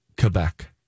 Quebec